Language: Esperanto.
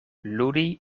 ludi